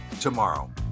tomorrow